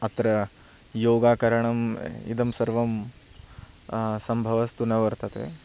अत्र योगाकरणम् इदं सर्वं सम्भवस्तु न वर्तते